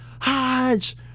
hodge